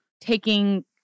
taking